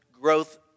growth